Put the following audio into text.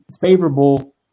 favorable